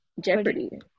Jeopardy